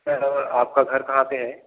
sir आपका घर कहाँ पर है